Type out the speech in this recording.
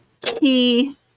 key